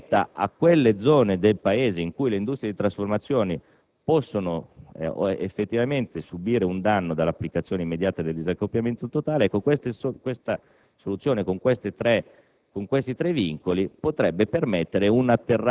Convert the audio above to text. citate potrebbe permettere, a quelle zone del Paese in cui le industrie di trasformazione possono effettivamente subire un danno dall'applicazione immediata del disaccoppiamento totale, un atterraggio